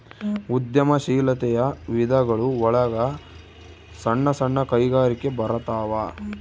ಉದ್ಯಮ ಶೀಲಾತೆಯ ವಿಧಗಳು ಒಳಗ ಸಣ್ಣ ಸಣ್ಣ ಕೈಗಾರಿಕೆ ಬರತಾವ